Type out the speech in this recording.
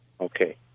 Okay